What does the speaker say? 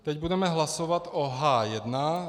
Teď budeme hlasovat o H1.